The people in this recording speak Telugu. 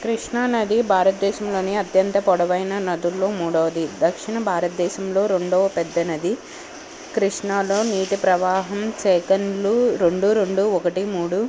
కృష్ణా నది భారతదేశంలోని అత్యంత పొడవైన నదుల్లో మూడవది దక్షిణ భారతదేశంలో రెండవ పెద్ద నది కృష్ణాలో నీటి ప్రవాహం సెకన్లు రెండు రెండు ఒకటి మూడు